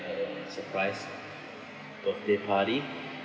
uh surprise birthday party